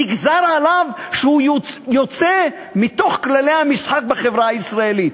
נגזר עליו שהוא יוצא מכללי המשחק בחברה הישראלית.